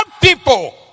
people